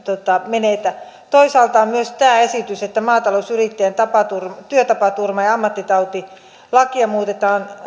menetä toisaalta on myös tämä esitys että maatalousyrittäjän työtapaturma työtapaturma ja ammattitautilakia muutetaan